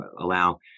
allow